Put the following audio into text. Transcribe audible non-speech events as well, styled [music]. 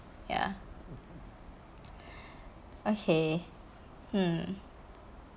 ya [breath] okay hmm